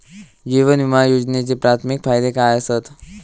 जीवन विमा योजनेचे प्राथमिक फायदे काय आसत?